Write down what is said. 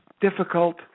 difficult